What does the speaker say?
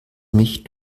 mich